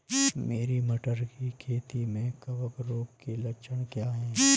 मेरी मटर की खेती में कवक रोग के लक्षण क्या हैं?